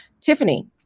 Tiffany